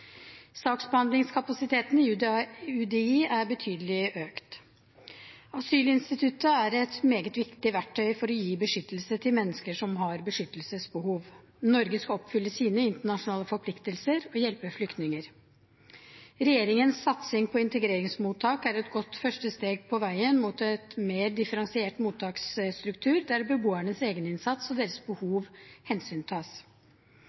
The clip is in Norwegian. Saksbehandlingskapasiteten i UDI er betydelig økt. Asylinstituttet er et meget viktig verktøy for å gi beskyttelse til mennesker som har beskyttelsesbehov. Norge skal oppfylle sine internasjonale forpliktelser og hjelpe flyktninger. Regjeringens satsing på integreringsmottak er et godt første steg på veien mot en mer differensiert mottaksstruktur, der beboernes egeninnsats og deres